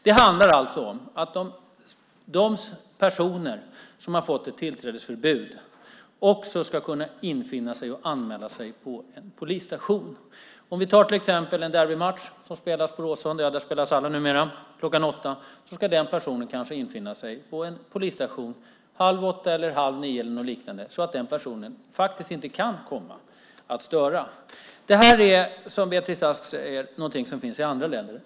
Det handlar alltså om att de personer som har fått ett tillträdesförbud också ska kunna infinna sig och anmäla sig på en polisstation. Om vi tar till exempel en derbymatch som spelas på Råsunda klockan åtta - där spelas ju alla sådana matcher numera - ska en person med tillträdesförbud infinna sig på en polisstation halv åtta eller kanske halv nio så att den personen faktiskt inte kan komma in och störa matchen. Det här är, som Beatrice Ask säger, någonting som finns i andra länder.